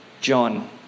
John